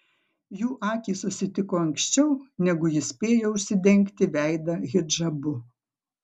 jų akys susitiko anksčiau negu ji spėjo užsidengti veidą hidžabu